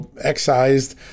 excised